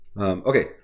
okay